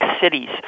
cities